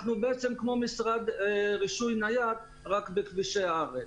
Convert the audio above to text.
אנחנו בעצם כמו משרד רישוי נייד, רק בכבישי הארץ.